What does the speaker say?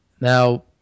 now